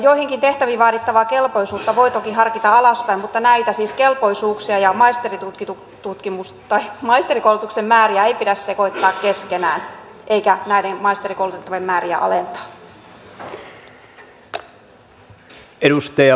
joihinkin tehtäviin vaadittavaa kelpoisuutta voi toki harkita alaspäin mutta näitä siis kelpoisuuksia ja maisterikoulutuksen määriä ei pidä sekoittaa keskenään eikä näiden maisterikoulutettavien määriä alentaa